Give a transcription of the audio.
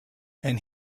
and